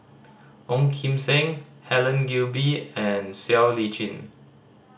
Ong Kim Seng Helen Gilbey and Siow Lee Chin